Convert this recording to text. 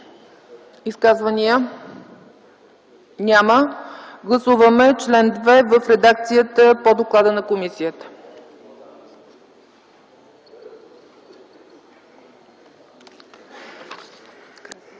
Изказвания? Няма. Гласуваме чл. 2 в редакцията по доклада на комисията.